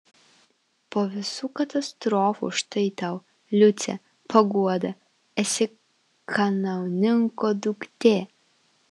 po visų katastrofų štai tau liuce paguoda esi kanauninko duktė